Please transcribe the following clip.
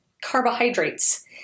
carbohydrates